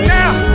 now